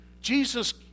Jesus